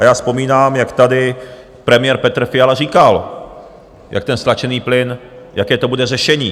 A já vzpomínám, jak tady premiér Petr Fiala říkal, jak ten stlačený plyn, jaké to bude řešení.